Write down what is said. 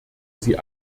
sie